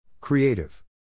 Creative